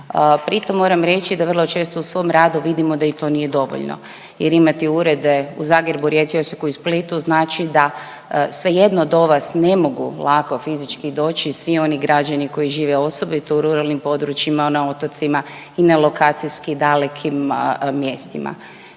Pritom moram reći da vrlo često u svom radu vidimo da i to nije dovoljno jer imati urede u Zagrebu, Rijeci, Osijeku i Splitu znači da svejedno do vas ne mogu lako fizički doći svi oni građani koji žive osobito u ruralnim područjima, na otocima i na lokacijski dalekim mjestima.